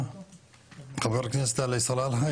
חבר הכנסת עלי סלאלחה,